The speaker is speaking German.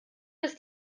ist